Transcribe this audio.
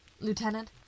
Lieutenant